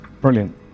brilliant